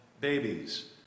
babies